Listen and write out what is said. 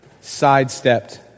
sidestepped